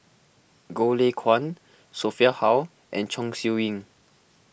Goh Lay Kuan Sophia Hull and Chong Siew Ying